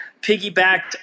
piggybacked